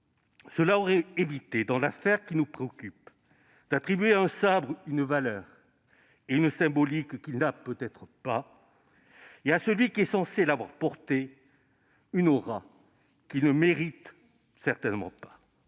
Cela aurait évité, dans l'affaire qui nous préoccupe, d'attribuer à un sabre une valeur et une symbolique qu'il n'a peut-être pas et à celui qui est censé l'avoir porté, une aura qu'il ne mérite certainement pas.